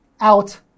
out